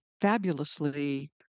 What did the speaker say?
fabulously